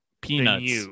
peanuts